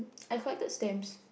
I hoard the stamps